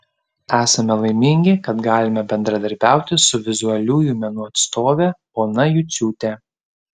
esame laimingi kad galime bendradarbiauti su vizualiųjų menų atstove ona juciūte